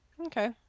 Okay